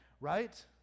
right